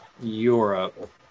Europe